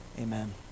amen